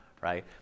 right